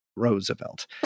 Roosevelt